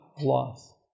loss